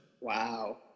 wow